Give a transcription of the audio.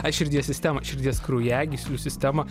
aš širdies sistemą širdies kraujagyslių sistemą